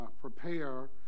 prepare